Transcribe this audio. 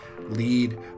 lead